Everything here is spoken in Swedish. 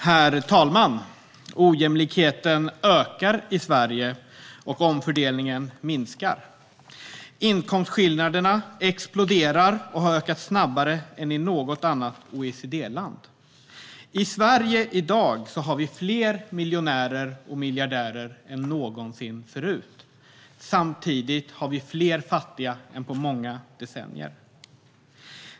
Herr talman! Ojämlikheten ökar i Sverige, och omfördelningen minskar. Inkomstskillnaderna exploderar och har ökat snabbare än i något annat OECD-land. I Sverige har vi i dag fler miljonärer och miljardärer än någonsin förut. Samtidigt har vi fler fattiga än på många decennier.